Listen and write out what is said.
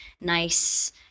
nice